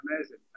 Amazing